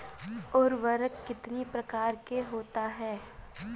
उर्वरक कितनी प्रकार के होता हैं?